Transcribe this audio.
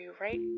right